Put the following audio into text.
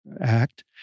act